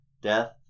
death